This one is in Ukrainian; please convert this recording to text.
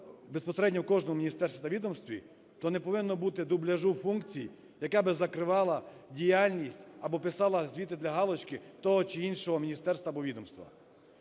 безпосередньо в кожному міністерстві та відомстві, то не повинно бути дубляжу функції, яка би закривала діяльність або писала звіти для галочки того чи іншого міністерства або відомства.